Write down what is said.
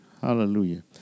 Hallelujah